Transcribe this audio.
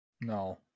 No